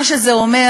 מה שזה אומר: